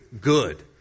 good